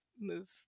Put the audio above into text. move